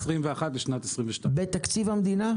בתקציב המדינה?